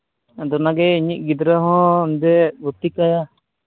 ᱟᱫᱚ ᱚᱱᱟᱜᱮ ᱤᱧᱤᱡ ᱜᱤᱫᱽᱨᱟᱹ ᱦᱚᱸ ᱚᱸᱰᱮ ᱵᱷᱩᱨᱛᱤ ᱠᱟᱭᱟ